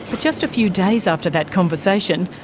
just a few days after that conversation,